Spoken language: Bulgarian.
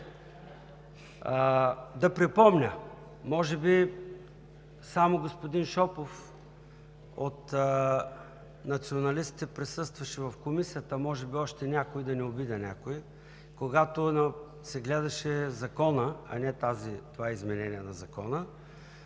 Да припомня. Може би само господин Шопов от националистите присъстваше в Комисията, може би и още някой – да не обидя някого, когато се гледаше Закона, а не това изменение на Закона,